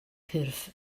cyrff